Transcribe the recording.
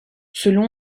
selon